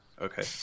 Okay